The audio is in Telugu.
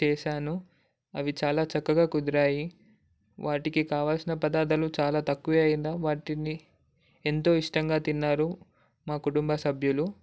చేశాను అవి చాలా చక్కగా కుదిరినాయి వాటికి కావాల్సిన పదార్థాలు చాలా తక్కువ అయినా వాటిని ఎంతో ఇష్టంగా తిన్నారు మా కుటుంబ సభ్యులు